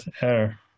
air